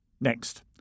Next